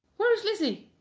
where is lizzy?